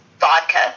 vodka